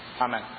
Amen